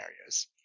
areas